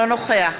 אינו נוכח